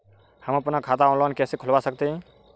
हम अपना खाता ऑनलाइन कैसे खुलवा सकते हैं?